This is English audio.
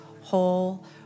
whole